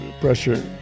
Pressure